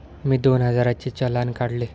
मी दोन हजारांचे चलान काढले